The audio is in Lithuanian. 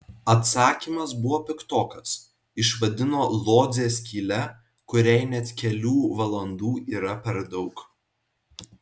atsakymas buvo piktokas išvadino lodzę skyle kuriai net kelių valandų yra per daug